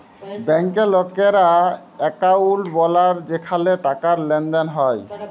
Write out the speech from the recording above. ব্যাংকে লকেরা একউন্ট বালায় যেখালে টাকার লেনদেল হ্যয়